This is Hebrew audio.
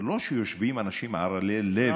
זה לא שיושבים אנשים ערלי לב,